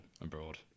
abroad